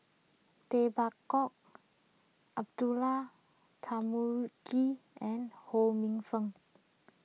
Tay Bak Koi Abdullah Tarmugi and Ho Minfong